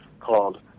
called